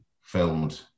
filmed